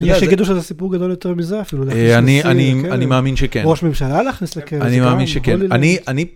יש שיגדו שזה סיפור גדול יותר מזה אפילו. אני מאמין שכן. ראש ממשלה להכניס לכלא. אני מאמין שכן